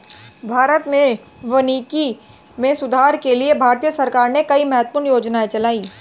भारत में वानिकी में सुधार के लिए भारतीय सरकार ने कई महत्वपूर्ण योजनाएं चलाई